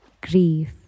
grief